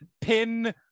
pin